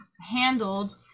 handled